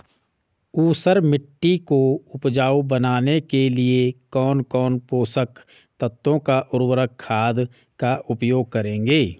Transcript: ऊसर मिट्टी को उपजाऊ बनाने के लिए कौन कौन पोषक तत्वों व उर्वरक खाद का उपयोग करेंगे?